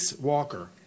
Walker